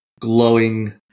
glowing